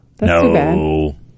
No